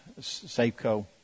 Safeco